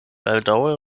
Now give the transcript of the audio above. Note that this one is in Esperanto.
baldaŭe